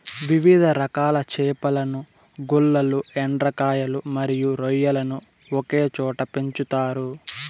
వివిధ రకాల చేపలను, గుల్లలు, ఎండ్రకాయలు మరియు రొయ్యలను ఒకే చోట పెంచుతారు